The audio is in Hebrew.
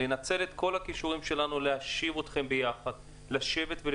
לנצל את כל הכישורים שלנו ולהושיב אתכם יחד ולדבר.